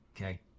Okay